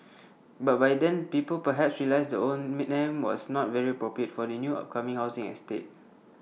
but by then people perhaps realised the own name was not very appropriate for the new upcoming housing estate